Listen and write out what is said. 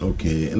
Okay